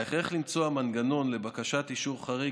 ההכרח למצוא מנגנון לבקשת אישור חריג